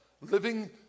living